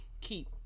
keep